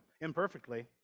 imperfectly